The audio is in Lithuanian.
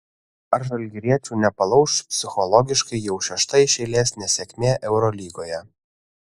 ar žalgiriečių nepalauš psichologiškai jau šešta iš eilės nesėkmė eurolygoje